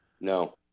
No